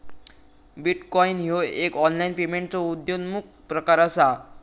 bitcoin ह्यो एक online पेमेंटचो उद्योन्मुख प्रकार असा